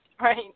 Right